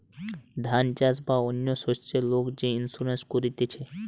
ধান চাষ বা অন্য শস্যের লোক যে ইন্সুরেন্স করতিছে